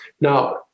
Now